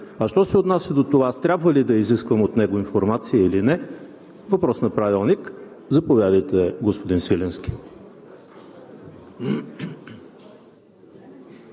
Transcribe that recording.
Що се отнася до това, аз трябва ли да изисквам от него информация или не – въпрос на Правилник. Заповядайте, господин Свиленски.